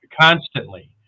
constantly